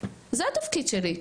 זה התפקיד שלי.